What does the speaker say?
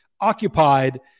occupied